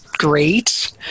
great